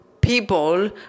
people